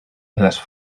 les